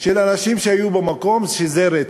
של אנשים שהיו במקום, שזה רצח.